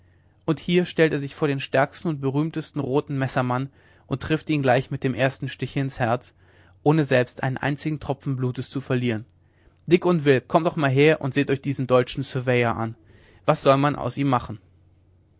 und nun hier stellt er sich vor den stärksten und berühmtesten roten messermann und trifft ihn gleich mit dem ersten stiche ins herz ohne selbst einen einzigen tropfen blutes zu verlieren dick und will kommt doch mal her und seht euch diesen deutschen surveyor an was soll man aus ihm machen